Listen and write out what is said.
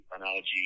analogy